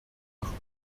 machen